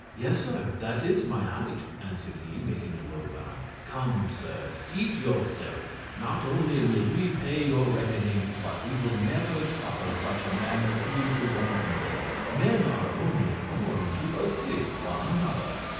yes, sir, that is my height, answered he, making a low bow. come, sir, seat yourself not only will we pay your reckoning, but we will never suffer such a man as you to want money men are only born to assist one another.